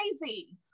crazy